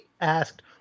asked